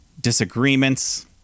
disagreements